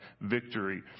victory